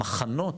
מחנות,